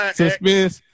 suspense